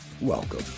Welcome